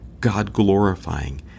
God-glorifying